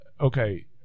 okay